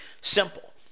simple